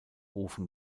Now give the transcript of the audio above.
ofen